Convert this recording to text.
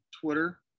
Twitter